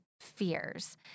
fears